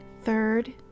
third